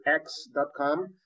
X.com